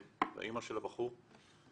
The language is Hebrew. והאימא של הבחור.